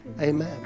Amen